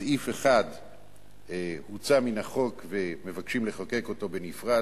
סעיף 1 הוצא מן החוק ומבקשים לחוקק אותו בנפרד,